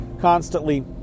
constantly